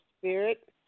Spirit